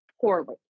poorly